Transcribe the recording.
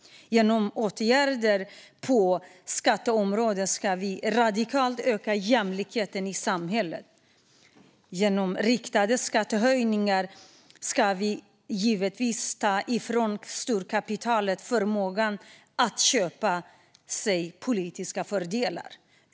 Genom åtgärder på skatteområdet ska vi radikalt öka jämlikheten i samhället. Genom riktade skattehöjningar ska vi givetvis ta ifrån storkapitalet förmågan att köpa sig politiska fördelar.